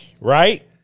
Right